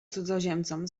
cudzoziemcom